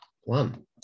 one